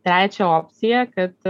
trečią opciją kad